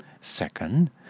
Second